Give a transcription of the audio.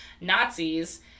nazis